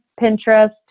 Pinterest